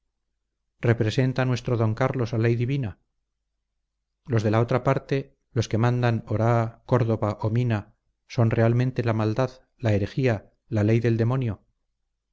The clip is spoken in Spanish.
representa nuestro d carlos la ley divina los de la otra parte los que mandan oraa córdoba o mina son realmente la maldad la herejía la ley del demonio